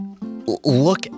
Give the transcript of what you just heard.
look